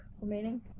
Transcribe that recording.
remaining